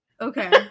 Okay